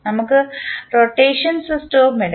നമുക്ക് റൊട്ടേഷൻ സിസ്റ്റവും എടുക്കാം